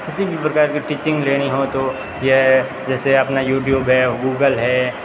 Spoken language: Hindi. किसी भी प्रकार की टीचिंग लेनी हो तो ये जैसे अपना यूट्यूब है गूगल है